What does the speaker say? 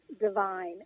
divine